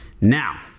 Now